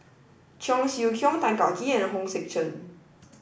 Cheong Siew Keong Tan Kah Kee and Hong Sek Chern